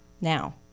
now